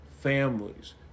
Families